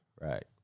Right